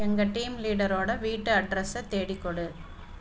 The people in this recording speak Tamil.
எங்கள் டீம் லீடரோட வீட்டு அட்ரஸை தேடிக் கொடு